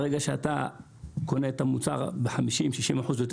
ברגע שאתה קונה את המוצר ב-50%-60% יותר